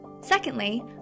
Secondly